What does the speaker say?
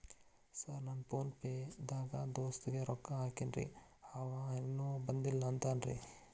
Sir PhonePe ದಾಗ ದೋಸ್ತ್ ಗೆ ರೊಕ್ಕಾ ಹಾಕೇನ್ರಿ ಅಂವ ಇನ್ನು ಬಂದಿಲ್ಲಾ ಅಂತಾನ್ರೇ?